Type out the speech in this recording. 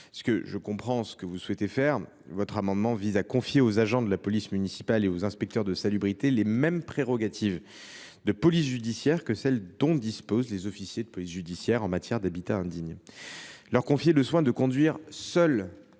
Je comprends bien vos intentions : cet amendement vise à confier aux agents de la police municipale et aux inspecteurs de salubrité les mêmes prérogatives de police judiciaire que celles dont disposent les officiers de police judiciaire en matière d’habitat indigne. Toutefois, confier aux